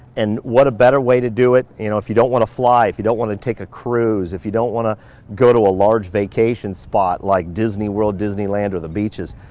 and what a better way to do it, you know if you don't wanna fly, if you don't wanna take a cruise, if you don't wanna go to a large vacation spot like disney world, disney land, or the beaches,